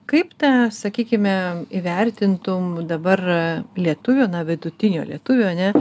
kaip tą sakykime įvertintum dabar lietuvio na vidutinio lietuvio ane